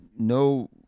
no